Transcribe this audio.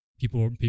people